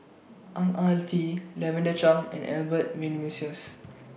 Ang Ah Tee Lavender Chang and Albert Winsemius